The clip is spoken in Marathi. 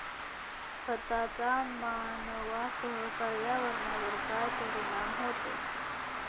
खतांचा मानवांसह पर्यावरणावर काय परिणाम होतो?